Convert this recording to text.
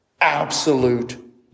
absolute